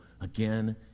Again